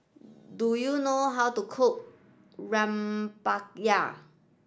do you know how to cook Rempeyek